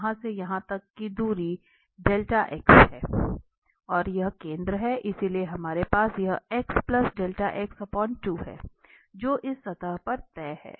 यहां से यहां तक की दूरी है और यह केंद्र है इसलिए हमारे पास यह है जो इस सतह पर तय है